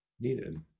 needed